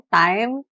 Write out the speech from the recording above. time